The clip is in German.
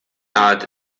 art